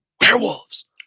werewolves